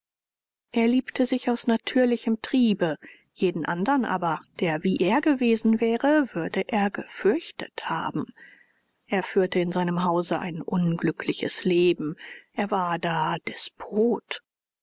er liebte sich aus natürlichem triebe jeden andern aber der wie er gewesen wäre würde er gefürchtet haben er führte in seinem hause ein unglückliches leben er war da despot